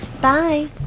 Bye